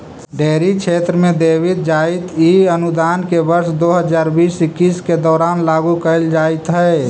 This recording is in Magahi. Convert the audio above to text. डेयरी क्षेत्र में देवित जाइत इ अनुदान के वर्ष दो हज़ार बीस इक्कीस के दौरान लागू कैल जाइत हइ